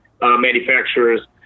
manufacturers